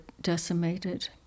decimated